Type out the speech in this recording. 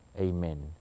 Amen